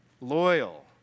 loyal